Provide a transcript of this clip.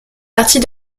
partie